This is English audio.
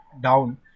down